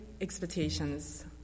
expectations